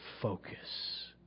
focus